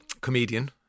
comedian